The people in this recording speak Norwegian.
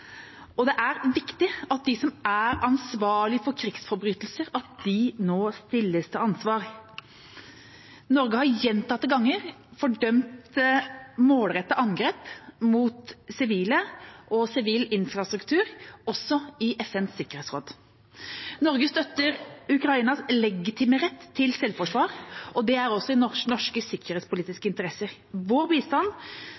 Det er viktig at de som er ansvarlig for krigsforbrytelser, nå stilles til ansvar. Norge har gjentatte ganger fordømt målrettede angrep på sivile og sivil infrastruktur, også i FNs sikkerhetsråd. Norge støtter Ukrainas legitime rett til selvforsvar. Det er også i